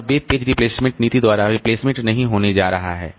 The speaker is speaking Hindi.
और वे पेज रिप्लेसमेंट नीति द्वारा रिप्लेसमेंट नहीं होने जा रहे हैं